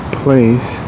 place